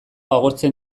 agortzen